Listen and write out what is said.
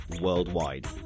worldwide